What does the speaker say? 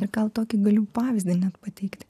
ir gal tokį galiu pavyzdį net pateikti